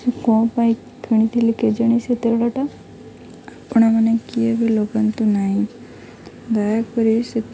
ସେ କ'ଣ ପାଇଁ କିଣିଥିଲି କେଜାଣି ସେ ତେଲଟା ଆପଣମାନେ କିଏ ବି ଲଗାନ୍ତୁ ନାହିଁ ଦୟାକରି ସେ